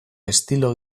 estilo